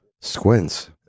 Squints